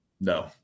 No